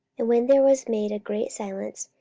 and when there was made a great silence,